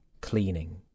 cleaning